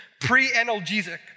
pre-analgesic